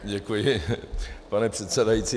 Děkuji, pane předsedající.